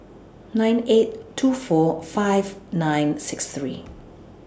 nine eight two four five nine six three